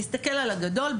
נסתכל על הגדול,